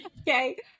okay